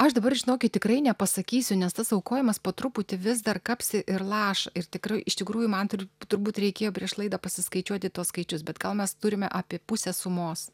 aš dabar žinokit tikrai nepasakysiu nes tas aukojimas po truputį vis dar kapsi ir laša ir tikrai iš tikrųjų man tai ir turbūt reikėjo prieš laidą pasiskaičiuoti tuos skaičius bet gal mes turime apie pusę sumos